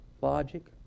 logic